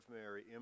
Mary